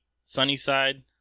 Sunnyside